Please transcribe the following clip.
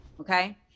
okay